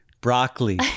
Broccoli